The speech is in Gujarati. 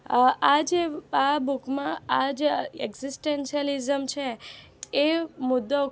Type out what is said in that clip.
આ જે આ બુકમાં આ જે એક્સઝીસ્ટાલિઝમ છેએ મુદ્દો